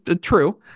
true